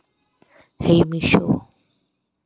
hey Meesho